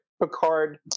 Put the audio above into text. Picard